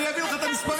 אני אביא לך את המספרים.